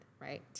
right